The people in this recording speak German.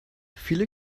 viele